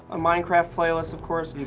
a minecraft playlist, of course.